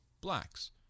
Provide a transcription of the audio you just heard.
blacks